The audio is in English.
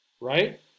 right